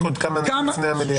בוא נספיק עוד כמה דקות לפני המליאה,